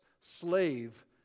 slave